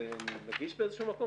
הישיבה ננעלה בשעה